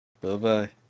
Bye-bye